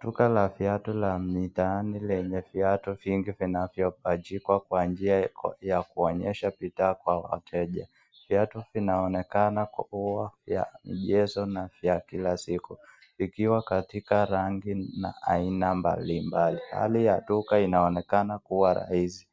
Duka la viatu la mitaani lenye viatu vingi vinavyopachikwa kwa njia ya kuonyesha bidhaa kwa wateja. Viatu vinaonekana kuwa ya mchezo na vya kila siku ikiwa katika rangi na aina mbalimbali. Hali ya duka inaonekana kuwa raisi